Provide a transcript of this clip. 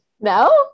no